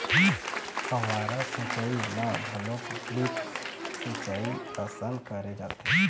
फव्हारा सिंचई ल घलोक ड्रिप सिंचई असन करे जाथे